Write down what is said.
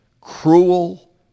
cruel